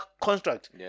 construct